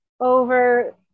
over